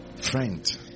friend